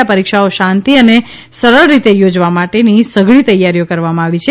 આ પરિક્ષાઓ શાંતિ અને સરળ રીતે યોજવામાટે ની સઘળી તૈયારીઓ કરવામાં આવી છે